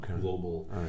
global